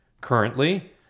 Currently